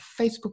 Facebook